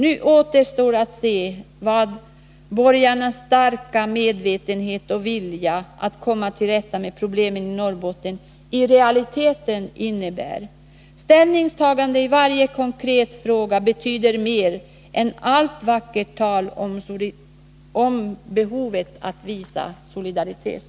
Nu återstår att se vad borgarnas starka medvetenhet och vilja att komma till rätta med problemen i Norrbotten i realiteten innebär. Ställningstagande i varje konkret fråga betyder mer än allt vackert tal om behovet av att visa solidaritet.